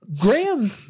Graham